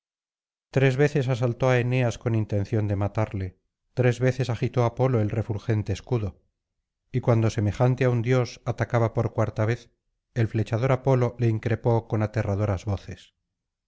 tres veces asaltó á eneas con intención de matarle tres veces agitó apolo el refulgente escudo y cuando semejante á un dios atacaba por cuarta vez el flechador apolo le increpó con aterradoras voces